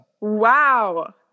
Wow